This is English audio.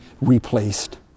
replaced